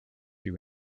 you